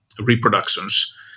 reproductions